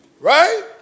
Right